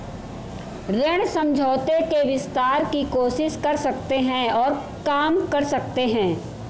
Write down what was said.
ऋण समझौते के विस्तार की कोशिश कर सकते हैं और काम कर सकते हैं